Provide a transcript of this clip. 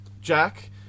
Jack